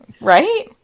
Right